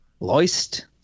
Loist